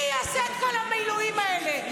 מי יעשה את כל המילואים האלה?